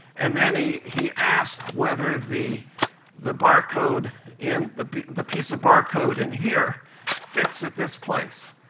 and then he he asked whether the the barcode in the the piece of barcode in here fits at this place.